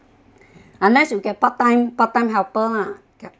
unless you get part time part time helper lah